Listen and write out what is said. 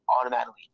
automatically